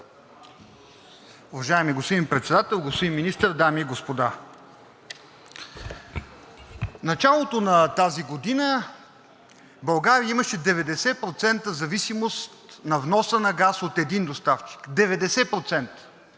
Уважаеми господин Председател, господин Министър, дами и господа! В началото на тази година България имаше 90% зависимост на вноса на газ от един доставчик – 90%,